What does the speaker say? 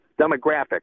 demographic